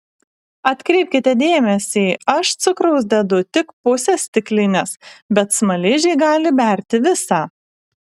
atkreipkite dėmesį aš cukraus dedu tik pusę stiklinės bet smaližiai gali berti visą